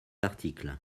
article